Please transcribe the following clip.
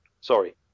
sorry